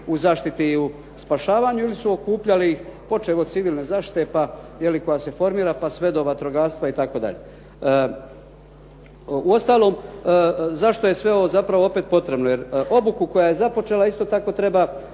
u zaštiti i u spašavanju ili su okupljali, počevši od civilne zaštite, pa, je li koja se formira pa sve do vatrogastva itd.. Uostalom zašto je sve ovo zapravo opet potrebno jer obuku koja je započela isto tako treba